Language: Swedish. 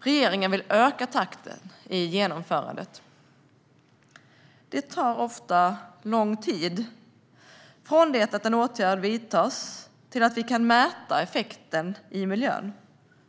Regeringen vill öka takten i genomförandet. Det tar ofta lång tid från det att en åtgärd vidtas till det att vi kan mäta effekten i miljön.